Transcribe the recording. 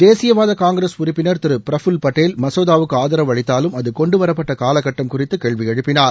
தேசியவாத காங்கிரஸ் உறுப்பினர் திரு பிரபுல் பட்டேல் மசோதாவுக்கு ஆதரவு அளித்தாலும் அது கொண்டுவரப்பட்ட காலக்கட்டம் குறித்து கேள்வி எழுப்பினார்